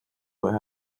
what